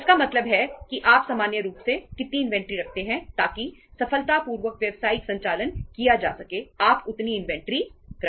इसका मतलब यह है कि आप सामान्य रूप से कितनी इन्वेंट्री रखते हैं ताकि सफलतापूर्वक व्यावसायिक संचालन किया जा सके आप उतनी इन्वेंट्री रखें